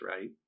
right